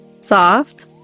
soft